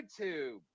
youtube